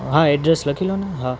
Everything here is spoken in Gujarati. હા એડ્રેસ લખી લો ને હા